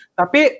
tapi